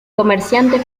comerciante